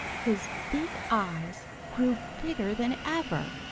his big eyes grew bigger than ever,